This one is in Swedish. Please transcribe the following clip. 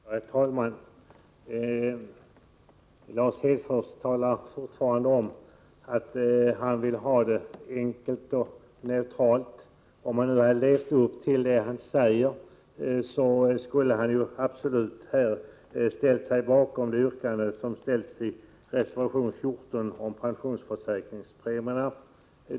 Herr talman! Lars Hedfors talar fortfarande om att han vill ha ett enkelt och neutralt skattesystem. Om han hade levt upp till det han säger skulle han absolut ha ställt sig bakom det yrkande som framställs i reservation 14 om pensionsförsäkringspremierna.